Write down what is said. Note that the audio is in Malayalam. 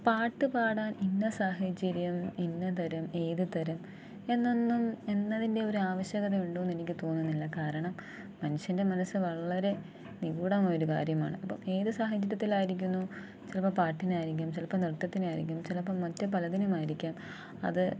പാട്ട് പാടാൻ ഇന്ന സാഹചര്യം ഇന്ന തരം ഏത് തരം എന്നൊന്നും എന്നതിൻ്റെ ഒരു ആവശ്യകത ഉണ്ടോ എനിക്ക് തോന്നുന്നില്ല കാരണം മനുഷ്യൻ്റെ മനസ്സ് വളരെ നിഗൂഢമായൊരു കാര്യമാണ് അപ്പോള് ഏത് സാഹചര്യത്തിലായിരിക്കുന്നു ചിലപ്പോള് പാട്ടിനായിരിക്കും ചിലപ്പോള് നൃത്തത്തിനായിരിക്കും ചിലപ്പോള് മറ്റ് പലതിനുമായിരിക്കാം അത്